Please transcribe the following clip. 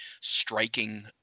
striking